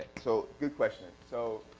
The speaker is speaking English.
so good question. so,